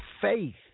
faith